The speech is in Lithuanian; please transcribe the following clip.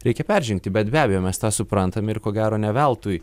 reikia peržengti bet be abejo mes tą suprantam ir ko gero ne veltui